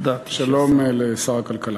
שלום לשר הכלכלה.